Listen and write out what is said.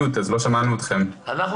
כשאנחנו